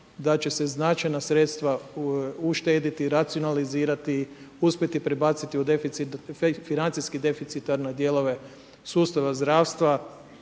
da će se značajna sredstva uštediti, racionalizirati, uspjeti prebaciti u financijsko deficitarne dijelove sustave zdravstva.